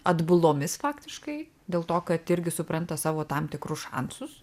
atbulomis faktiškai dėl to kad irgi supranta savo tam tikrų šansus